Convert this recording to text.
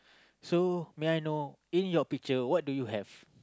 so may I know in your picture what do you have